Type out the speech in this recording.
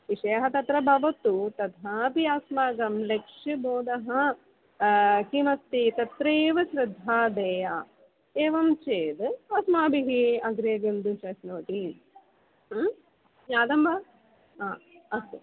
विषयः तत्र भवतु तथापि अस्माकं लक्ष्यबोधः किमस्ति तत्रैव श्रद्धा देया एवं चेद् अस्माभिः अग्रे गन्तुं शक्नोति आ ज्ञातं वा हा अस्तु